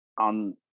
on